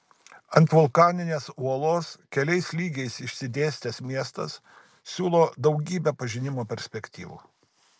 ant vulkaninės uolos keliais lygiais išsidėstęs miestas siūlo daugybę pažinimo perspektyvų